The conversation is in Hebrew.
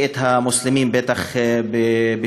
ואת המוסלמים בפרט.